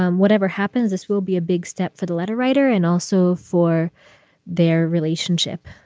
um whatever happens, this will be a big step for the letter writer and also for their relationship